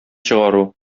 чыгару